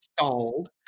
installed